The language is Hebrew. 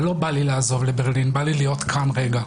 אבל לא בא לי לעזוב לברלין, בא לי להיות כאן רגע.